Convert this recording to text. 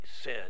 sin